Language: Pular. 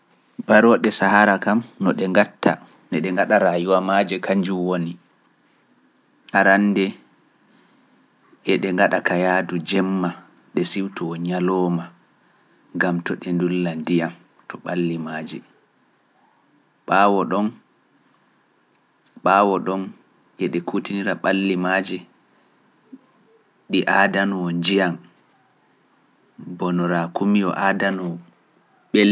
Barooɗe sahara kam no ɗe ngatta e ɗe ngaɗa rayuwa maaji kanjum woni, arande e ɗe ngaɗa ka yaadu jemma ɗe siwto ñalooma, ngam to ɗi kutinira ɓalli maaji ɗi aadanoo njiyan, bono ngeloba.